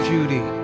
Judy